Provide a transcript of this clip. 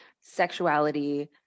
sexuality